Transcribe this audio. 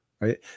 right